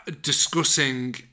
discussing